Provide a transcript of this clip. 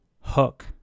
hook